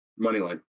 Moneyline